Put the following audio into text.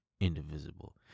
indivisible